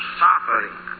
suffering